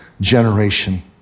generation